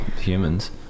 humans